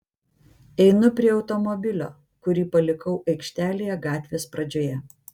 einu prie automobilio kurį palikau aikštelėje gatvės pradžioje